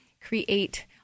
create